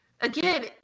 again